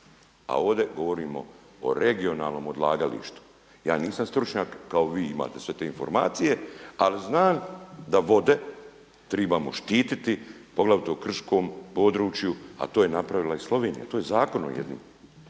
a ovdje govorimo o regionalnom odlagalištu. Ja nisam stručnjak kao vi, imate sve te informacije ali znam da vode tribamo štititi poglavito u krškom području, a to je napravila i Slovenija. To je zakonom jednim.